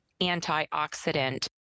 antioxidant